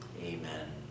Amen